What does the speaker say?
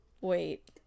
wait